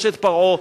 יש פרעה,